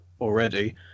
already